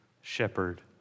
shepherd